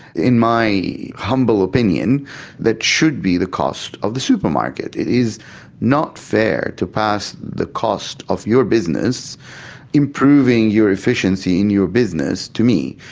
in my humble opinion that should be the cost of the supermarket. it is not fair to pass the cost of your business improving your efficiency in your business to me,